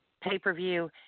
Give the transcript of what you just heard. pay-per-view